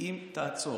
אם תעצור?